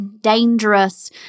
dangerous